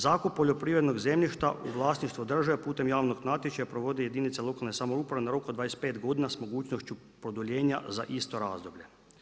Zakup poljoprivrednog zemljišta u vlasništvu države putem javnog natječaja provode jedinice lokalne samouprave na rok od 25 godina s mogućnošću produljenja za isto razdoblje.